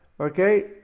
okay